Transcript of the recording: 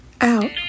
out